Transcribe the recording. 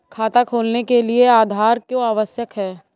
खाता खोलने के लिए आधार क्यो आवश्यक है?